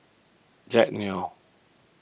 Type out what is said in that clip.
Jack Neo